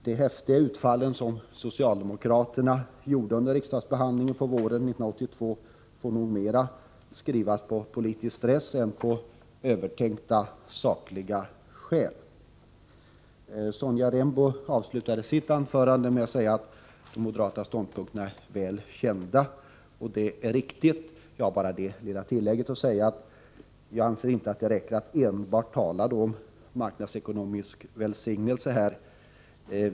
De häftiga utfall som socialdemokraterna gjorde under riksdagsbehandlingen på våren 1982 får nog mera tillskrivas politisk stress än övertänkta sakliga skäl. Sonja Rembo avslutade sitt anförande med att säga att de moderata ståndpunkterna är väl kända, och det är riktigt. Jag vill bara göra det lilla tillägget, att jag inte anser att det räcker att enbart tala om marknadsekonomisk välsignelse.